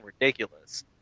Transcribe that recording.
ridiculous